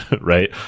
Right